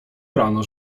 rano